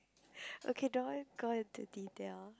okay don't want go into detail